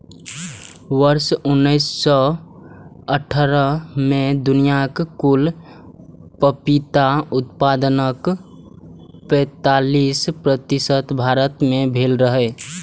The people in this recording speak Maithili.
वर्ष उन्नैस सय अट्ठारह मे दुनियाक कुल पपीता उत्पादनक पैंतालीस प्रतिशत भारत मे भेल रहै